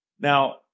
Now